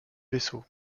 vaisseaux